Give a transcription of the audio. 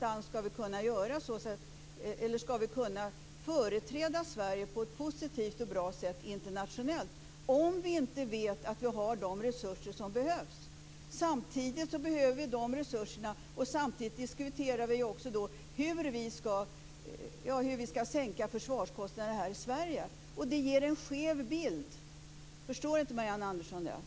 Hur skall vi internationellt kunna företräda Sverige på ett positivt och bra sätt om vi inte vet att vi har de resurser som behövs? Samtidigt diskuterar vi hur försvarskostnaderna skall sänkas i Sverige. Det ger en skev bild. Förstår inte Marianne Andersson det?